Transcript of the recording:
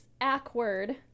awkward